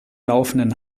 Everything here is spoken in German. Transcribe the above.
laufenden